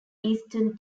eastern